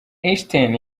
einstein